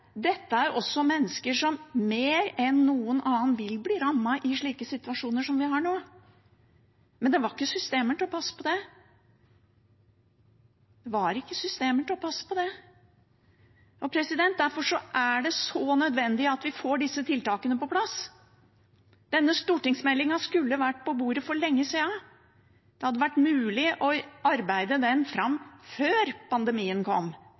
Dette er også mennesker som mer enn noen andre vil bli rammet i slike situasjoner som vi har nå, men det var ikke systemer til å passe på det – det var ikke systemer til å passe på det. Derfor er det så nødvendig at vi får disse tiltakene på plass. Denne stortingsmeldingen skulle vært på bordet for lenge siden. Det hadde vært mulig å arbeide den fram før pandemien kom,